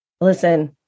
listen